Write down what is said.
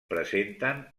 presenten